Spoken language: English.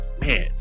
Man